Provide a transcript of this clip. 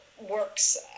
works